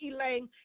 Elaine